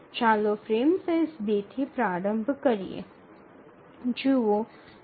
ચાલો frame size ૨ થી પ્રારંભ કરીએ